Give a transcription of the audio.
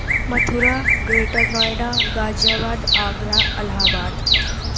Mathura greater Noida Ghaziabad Agra الہ آباد